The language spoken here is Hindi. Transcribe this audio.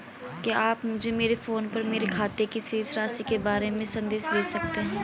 क्या आप मुझे मेरे फ़ोन पर मेरे खाते की शेष राशि के बारे में संदेश भेज सकते हैं?